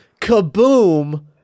kaboom